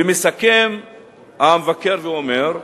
ומסכם המבקר ואומר: